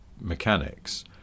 mechanics